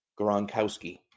Gronkowski